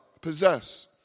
possess